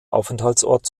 aufenthaltsort